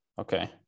okay